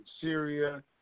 Syria